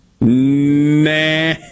Nah